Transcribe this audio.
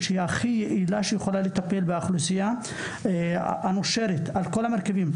היעילה ביותר שיכולה לטפל באוכלוסייה הנושרת על כל מרכיביה?